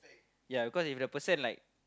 ya cause if the person like